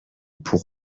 pour